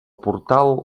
portal